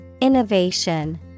Innovation